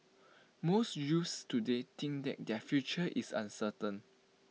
most youths today think that their future is uncertain